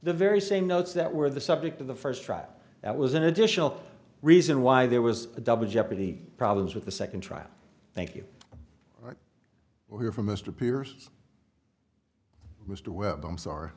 the very same notes that were the subject of the first trial that was an additional reason why there was a double jeopardy problems with the second trial thank you were from mr pierce mr webb i'm sorry